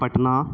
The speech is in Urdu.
پٹنہ